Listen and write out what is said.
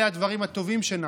אלה הדברים הטובים שנעשו,